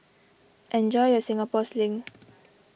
enjoy your Singapore Sling